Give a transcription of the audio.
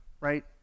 Right